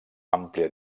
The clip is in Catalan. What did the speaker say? àmplia